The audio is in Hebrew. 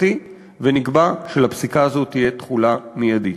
ונקבע שלפסיקה הזאת תהיה תחולה מיידית.